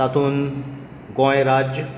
तातूंत गोंय राज्य